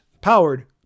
powered